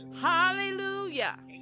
hallelujah